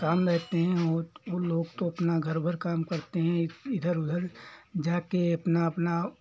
काम रहते हैं और वो लोग तो अपना घर घर काम करते हैं इधर उधर जा के अपना अपना